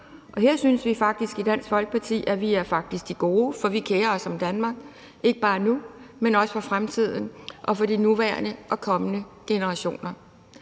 Her synes vi i Dansk Folkeparti, at vi faktisk er de gode, for vi kerer os om Danmark. Det gør vi ikke bare nu, men også i fremtiden og for de nuværende og kommende generationers